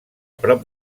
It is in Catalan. prop